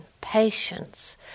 patience